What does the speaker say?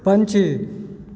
पँछी